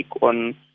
on